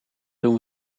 doen